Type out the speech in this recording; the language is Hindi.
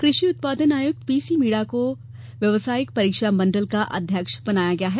कृषि उत्पादन आयुक्त पीसीमीणा को व्यावसायिक परीक्षा मंडल का अध्यक्ष बनाया गया है